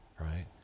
Right